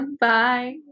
Bye